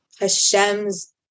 Hashem's